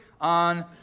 on